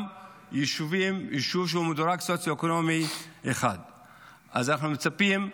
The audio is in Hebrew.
גם יישוב שמדורג בסוציו-אקונומי 1. אנחנו מצפים,